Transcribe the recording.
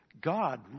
God